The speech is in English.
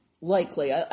likely